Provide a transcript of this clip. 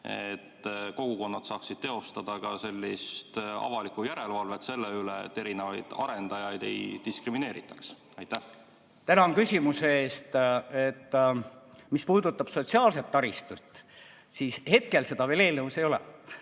et kogukonnad saaksid teostada avalikku järelevalvet selle üle, et erinevaid arendajaid ei diskrimineeritaks. Tänan küsimuse eest! Mis puudutab sotsiaalset taristut, siis hetkel seda veel eelnõus ei ole.